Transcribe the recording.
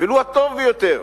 ולו הטוב ביותר,